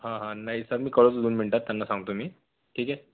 हां हां नाही सर मी कळवतो दोन मिनिटात त्यांना सांगतो मी ठीक आहे